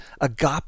agape